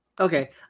Okay